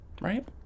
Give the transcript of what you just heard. right